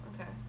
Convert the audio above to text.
Okay